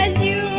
you